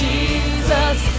Jesus